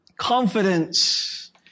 confidence